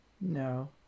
No